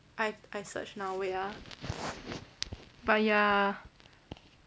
I I search now wait ah but ya